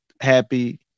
happy